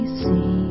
see